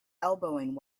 elbowing